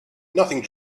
nothing